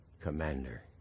Commander